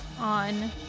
on